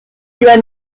lieber